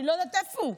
אני לא יודעת, איפה הוא?